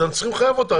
אתם צריכים לחייב אותם.